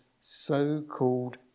so-called